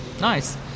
nice